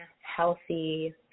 healthy